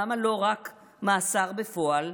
למה לא רק מאסר בפועל?